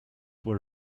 were